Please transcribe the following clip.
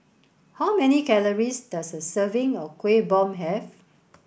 how many calories does a serving of Kueh Bom have